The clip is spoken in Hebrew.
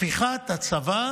הפיכת הצבא